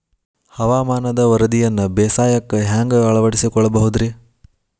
ಹವಾಮಾನದ ವರದಿಯನ್ನ ಬೇಸಾಯಕ್ಕ ಹ್ಯಾಂಗ ಅಳವಡಿಸಿಕೊಳ್ಳಬಹುದು ರೇ?